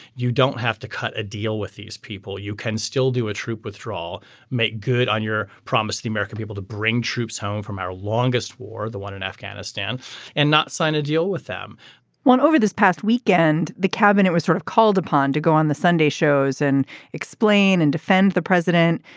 you don't have to cut a deal with these people you can still do a troop withdrawal make good on your promise the american people to bring troops home from our longest war the one in afghanistan and not sign a deal with them one over this past weekend the cabinet was sort of called upon to go on the sunday shows and explain and defend the president.